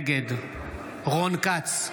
נגד רון כץ,